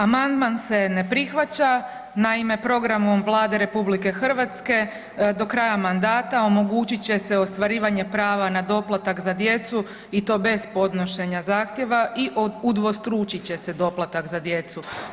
Amandman se ne prihvaća, naime programom Vlade RH do kraja mandata omogućit će se ostvarivanje prava na doplatak za djecu i to bez podnošenja zahtjeva i udvostručit će se doplatak za djecu.